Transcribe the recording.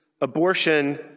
abortion